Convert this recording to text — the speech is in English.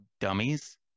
dummies